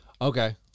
Okay